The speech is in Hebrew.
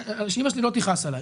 שאימא לי לא תכעס עלי,